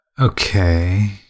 Okay